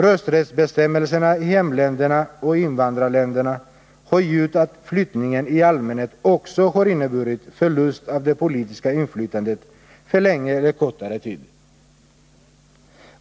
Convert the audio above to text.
Rösträttsbestämmelserna i hemländerna och invandrarländerna har gjort att flyttningen i allmänhet också har inneburit förlust av det politiska inflytandet för längre eller kortare tid.